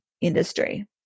industry